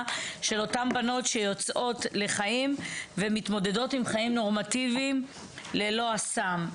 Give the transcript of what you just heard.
של אותן בנות שיוצאות לחיים ומתמודדות עם חיים נורמטיביים ללא הסם.